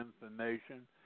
information